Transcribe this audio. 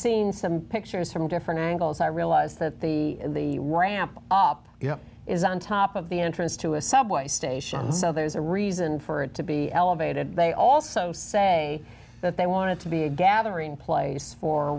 seeing some pictures from different angles i realize that the ramp up you know is on top of the entrance to a subway station so there's a reason for it to be elevated and they also say that they wanted to be a gathering place for